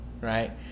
right